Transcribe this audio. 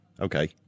Okay